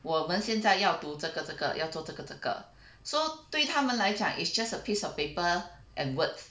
我们现在要读这个这个要做这个这个 so 对他们来讲 it's just a piece of paper and words